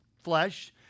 flesh